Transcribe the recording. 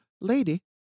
lady